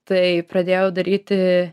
tai pradėjau daryti